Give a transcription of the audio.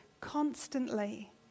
constantly